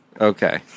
Okay